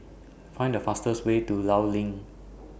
Find The fastest Way to law LINK